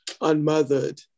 unmothered